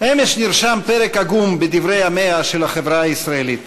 אמש נרשם פרק עגום בדברי ימיה של החברה הישראלית.